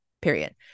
period